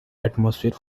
atmosphere